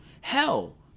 Hell